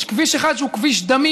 יש כביש אחד שהוא כביש דמים.